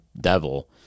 devil